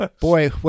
boy